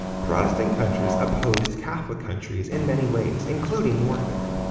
protestant countries opposed catholic countries in many ways, including wars.